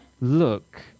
look